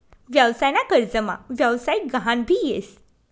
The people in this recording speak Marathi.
व्यवसाय ना कर्जमा व्यवसायिक गहान भी येस